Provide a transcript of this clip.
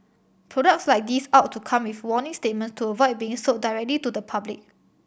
products like these ought to come with warning statement to avoid being sold directly to the public